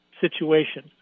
situation